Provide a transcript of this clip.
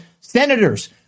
senators